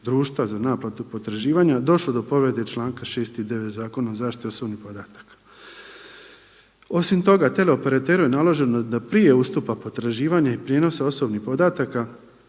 društva za naplatu potraživanja došlo do povrede članka 6. i 9. Zakona o zaštiti osobnih podataka. Osim toga teleoperateru je naloženo da prije ustupa potraživanja i prijenosa osobnih podataka